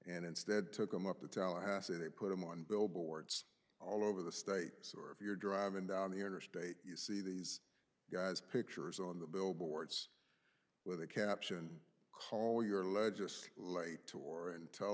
and instead took them up to tallahassee they put them on billboards all over the states or if you're driving down the interstate you see these guys pictures on the billboards with the caption call your legislate or and tell